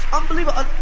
ah unbelievable.